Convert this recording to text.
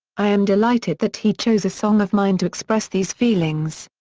i am delighted that he chose a song of mine to express these feelings.